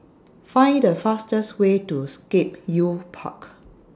Find The fastest Way to Scape Youth Park